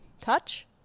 Touch